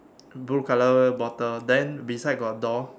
blue color bottle then beside got door